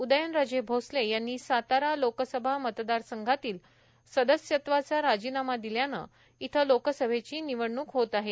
उदयनराजे भोसले यांनी सातारा लोकसभा मतदारसंघातील सदस्यत्वाचा राजीनामा दिल्याने इथं लोकसभेची निवडणू होत आहे